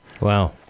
Wow